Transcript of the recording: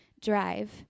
drive